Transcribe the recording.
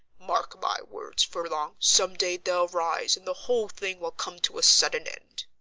mark my words, furlong, some day they'll rise and the whole thing will come to a sudden end.